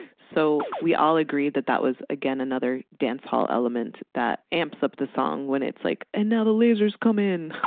so we all agree that that was again, another dancehall element that amps up the song when it's like, and now the lasers come in. you